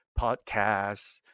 podcasts